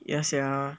ya sia